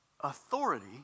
authority